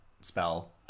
spell